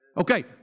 Okay